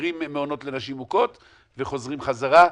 סוגרים מעונות לנשים מוכות וחוזרים חזרה?